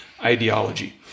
ideology